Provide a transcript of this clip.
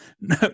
no